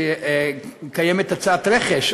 שקיימת הצעת רכש,